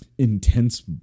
intense